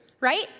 right